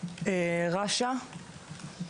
רש"א,